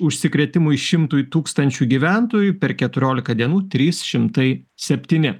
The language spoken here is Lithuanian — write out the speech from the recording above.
užsikrėtimui šimtui tūkstančių gyventojų per keturiolika dienų trys šimtai septyni